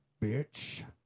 bitch